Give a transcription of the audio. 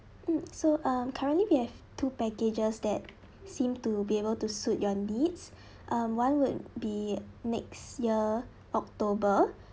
mm so um currently we have two packages that seem to be able to suit your needs um one would be next year october